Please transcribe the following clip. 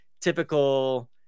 typical